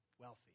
wealthy